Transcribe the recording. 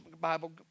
Bible